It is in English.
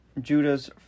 Judah's